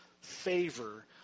favor